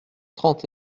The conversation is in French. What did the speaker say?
trente